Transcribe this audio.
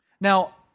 Now